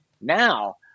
Now